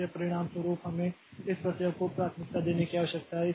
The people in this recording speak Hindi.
इसलिए परिणामस्वरूप हमें इस प्रक्रिया को प्राथमिकता देने की आवश्यकता है